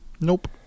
Nope